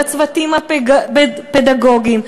בצוותים הפדגוגיים,